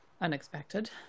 unexpected